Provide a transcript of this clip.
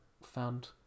found